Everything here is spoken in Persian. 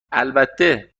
البته